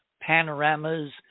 panoramas